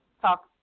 talk